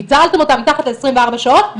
ביטלתם אותה מתחת לעשרים וארבע שעות,